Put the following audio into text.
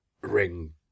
ring